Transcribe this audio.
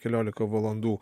keliolika valandų